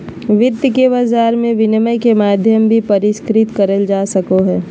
वित्त के बाजार मे विनिमय के माध्यम भी परिष्कृत करल जा सको हय